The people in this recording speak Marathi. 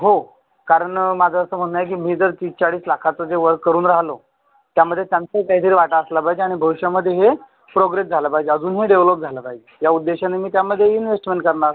हो कारण माझं असं म्हणणं आहे की मी जर तीस चाळीस लाखाचं जे वर्क करून राहिलो त्यामध्ये त्यांचाही काहीतरी वाटा असला पाहिजे अन् भविष्यामध्ये हे प्रोग्रेस झाला पाहिजे अजूनही डेवलप झाला पाहिजे या उद्देशाने मी त्यामध्ये इनवेस्टमेंट करणार